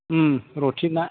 रुथिना